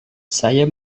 saya